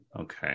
Okay